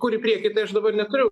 kur į priekį tai aš dabar neturiu